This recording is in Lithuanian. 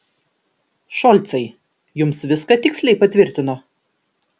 šolcai jums viską tiksliai patvirtino